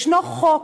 יש חוק,